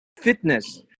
fitness